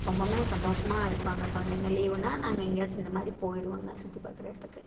ரொம்பவுமே சந்தோஷமாக இருப்பாங்க குழந்தைங்க லீவுன்னா நாங்கள் எங்கேயாச்சும் இந்தமாதிரி போயிருவோம்ங்க சுற்றி பார்க்குற இடத்துக்கு